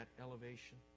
elevation